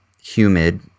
humid